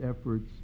efforts